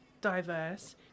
diverse